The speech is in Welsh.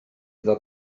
iddo